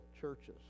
churches